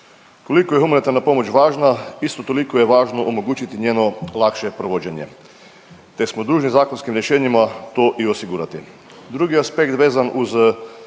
Koliko je humanitarna pomoć važna isto toliko je važno omogućiti njeno lakše provođenje te smo dužni zakonskim rješenjima to i osigurati. Drugi aspekt je vezan uz